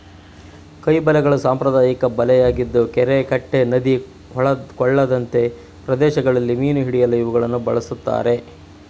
ಕೈ ಬಲೆಗಳು ಸಾಂಪ್ರದಾಯಿಕ ಬಲೆಯಾಗಿದ್ದು ಕೆರೆ ಕಟ್ಟೆ ನದಿ ಕೊಳದಂತೆ ಪ್ರದೇಶಗಳಲ್ಲಿ ಮೀನು ಹಿಡಿಯಲು ಇವುಗಳನ್ನು ಬಳ್ಸತ್ತರೆ